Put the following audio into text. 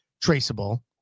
traceable